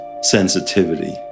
sensitivity